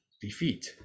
Defeat